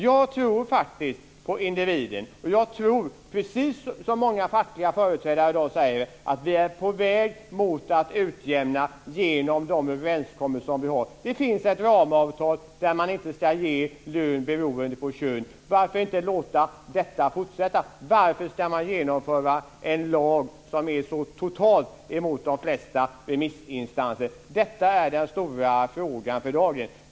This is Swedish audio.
Jag tror faktiskt på individen, och jag tror, precis som många fackliga företrädare i dag säger, att vi är på väg mot att utjämna genom de överenskommelser som finns. Det finns ett ramavtal enligt vilket lönen inte ska bero på kön. Varför inte låta detta fortsätta? Varför ska man genomföra en lag som de flesta remissinstanser helt går emot? Detta är den stora frågan för dagen.